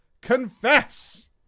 Confess